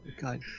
god